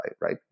right